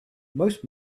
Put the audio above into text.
most